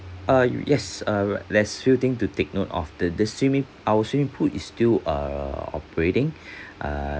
uh yo~ yes uh there's few thing to take note of the the swimming our swimming pool is still err operating err